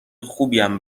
خوبیم